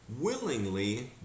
willingly